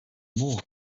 more